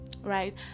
right